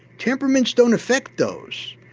temperaments don't affect those,